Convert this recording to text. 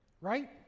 Right